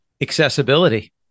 Accessibility